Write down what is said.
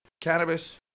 cannabis